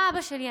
מה אבא שלי עשה?